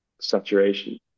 saturation